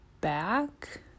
back